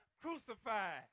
crucified